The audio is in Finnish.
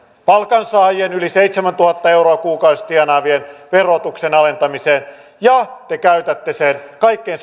palkansaajien yli seitsemäntuhatta euroa kuukaudessa tienaavien verotuksen alentamiseen ja te käytätte sen kaikkein